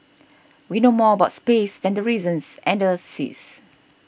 we know more about space than the reasons and the seas